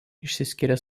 išsiskiria